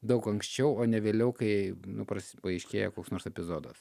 daug anksčiau o ne vėliau kai nu pras paaiškėja koks nors epizodas